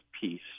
peace